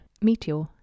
Meteor